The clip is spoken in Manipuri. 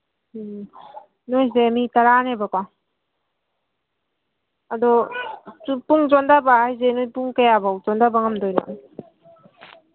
ꯎꯝ ꯅꯣꯏꯁꯦ ꯃꯤ ꯇꯔꯥꯅꯦꯕꯀꯣ ꯑꯗꯣ ꯄꯨꯡ ꯆꯣꯟꯊꯕ ꯍꯥꯏꯔꯤꯁꯦ ꯅꯈꯣꯏ ꯄꯨꯡ ꯀꯌꯥꯐꯥꯎꯕ ꯆꯣꯟꯊꯕ ꯉꯝꯒꯗꯣꯏꯅꯣ